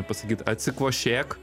pasakyt atsikvošėk